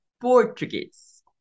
Portuguese